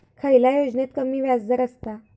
खयल्या योजनेत कमी व्याजदर असता?